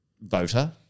voter